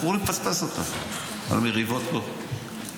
אנחנו עלולים לפספס אותה על מריבות פה,